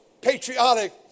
patriotic